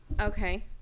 Okay